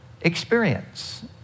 experience